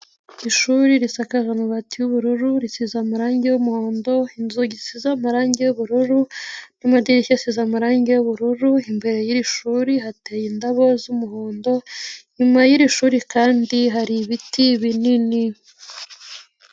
ishuri risakaza amabati y'ubururu, risize amarangi y'umuhondo, inzugi zisize amarangi y'ubururu n'amadirishya asize amarangi y'ubururu, imbere y'iri shuri hateye indabo z'umuhondo, inyuma y'iri shuri kandi hari ibiti binini.